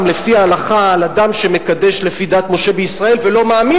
לפי ההלכה על אדם שמקדש לפי דת משה וישראל ולא מאמין